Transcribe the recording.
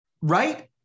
Right